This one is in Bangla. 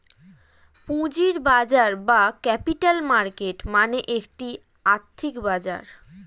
পুঁজির বাজার বা ক্যাপিটাল মার্কেট মানে একটি আর্থিক বাজার